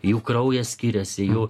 jų kraujas skiriasi jų